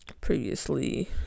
Previously